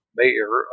mayor